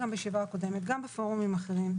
גם בישיבה הקודמת וגם בפורומים אחרים,